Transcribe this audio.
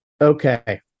okay